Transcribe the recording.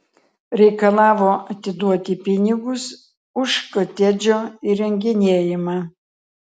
reikalavo atiduoti pinigus už kotedžo įrenginėjimą